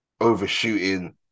overshooting